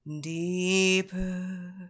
Deeper